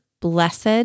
blessed